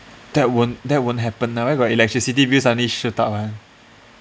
that won't that won't happen lah where got electricity bill suddenly shoot up one